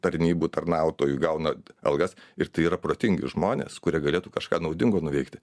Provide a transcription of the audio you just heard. tarnybų tarnautojų gauna algas ir tai yra protingi žmonės kurie galėtų kažką naudingo nuveikti